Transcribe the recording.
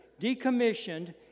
decommissioned